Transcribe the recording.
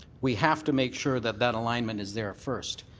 we have to make sure that that alignment is there first.